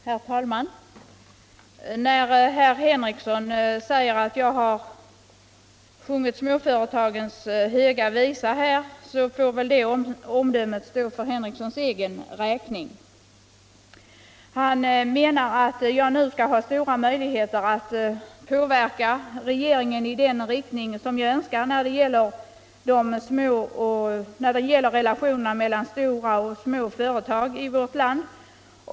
Herr talman! När herr Henrikson säger att jag har sjungit småföretagens höga visa, får väl det omdömet stå för hans egen räkning. Han menar att jag nu har stora möjligheter att påverka regeringen i den riktning som jag önskar när det gäller relationerna mellan stora och små företag i vårt land.